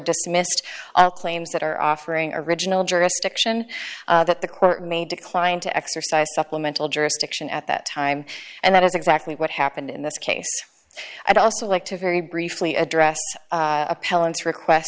dismissed claims that are offering original jurisdiction that the court may decline to exercise supplemental jurisdiction at that time and that is exactly what happened in this case i'd also like to very briefly address appellants request